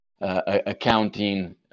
accounting